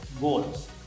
goals